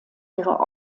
ihrer